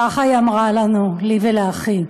ככה היא אמרה לנו, לי ולאחי.